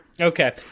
Okay